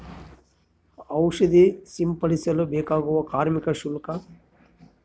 ಔಷಧಿ ಸಿಂಪಡಿಸಲು ಬೇಕಾಗುವ ಕಾರ್ಮಿಕ ಶುಲ್ಕ?